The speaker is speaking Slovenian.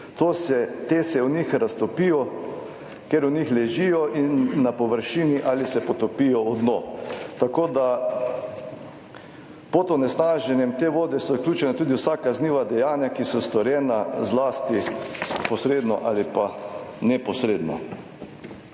te se v njih raztopijo, ker v njih ležijo in na površini ali se potopijo v dno. Tako, da pod onesnaženjem te vode so vključena tudi vsa kazniva dejanja, ki so storjena zlasti posredno ali pa neposredno.